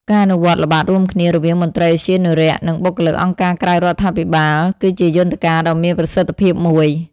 ការអនុវត្តល្បាតរួមគ្នារវាងមន្ត្រីឧទ្យានុរក្ស និងបុគ្គលិកអង្គការក្រៅរដ្ឋាភិបាល គឺជាយន្តការដ៏មានប្រសិទ្ធភាពមួយ។